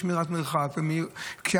משמירת מרחק ומהירות,